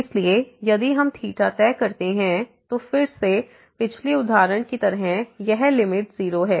इसलिए यदि हम तय करते हैं तो फिर से पिछले उदाहरण की तरह यह लिमिट 0 है